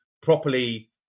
properly